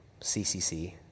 CCC